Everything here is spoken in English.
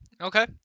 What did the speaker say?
okay